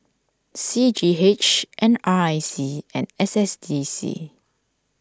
C G H N R I C and S S D C